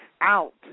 out